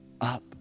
up